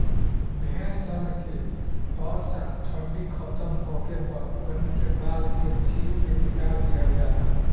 भेड़ सन के हर साल ठंडी खतम होखे पर ओकनी के बाल के छील के निकाल दिहल जाला